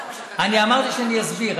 אני אמרתי שאני אסביר.